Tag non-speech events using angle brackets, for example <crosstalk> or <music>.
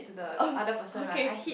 <laughs> oh okay